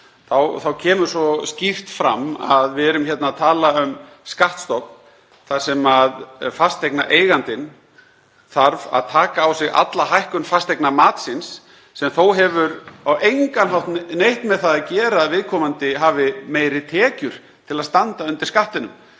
þá kemur svo skýrt fram að við erum að tala um skattstofn þar sem fasteignaeigandinn þarf að taka á sig alla hækkun fasteignamatsins sem þó hefur á engan hátt neitt með það að gera að viðkomandi hafi meiri tekjur til að standa undir skattinum.